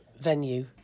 venue